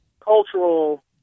cultural